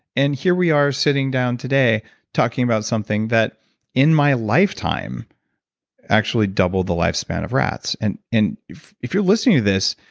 and here we are sitting down today talking about something that in my lifetime actually doubled the lifespan of rats. and if if you're listening to this,